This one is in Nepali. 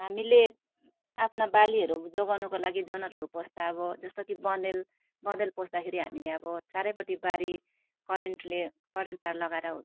हामीले आफ्ना बालीहरू जोगाउनुको लागि जानवरहरू पस्दा अब जस्तो कि बँदेल बँदेल पस्दाखेरि हामीले अब चारैपट्टि बारी करेन्टले करेन्ट तार लगाएर